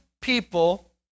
people